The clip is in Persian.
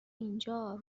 اینجا